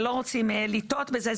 אז אנחנו לא רוצים לטעות בזה.